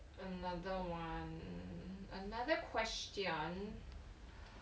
another [one] another question